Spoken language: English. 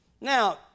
Now